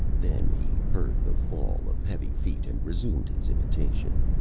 then he heard the fall of heavy feet and resumed his imitation.